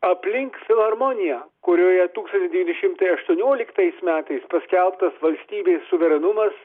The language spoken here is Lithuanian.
aplink filharmoniją kurioje tūkstantis devyni šimtai aštuonioliktais metais paskelbtas valstybės suverenumas